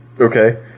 Okay